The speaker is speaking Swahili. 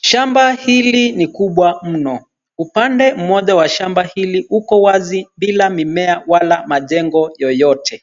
Shamba hili ni mkubwa mno, upande mmoja wa shamba hili uko wazi bila mimea wala majengo yoyote.